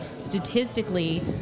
statistically